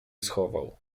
schował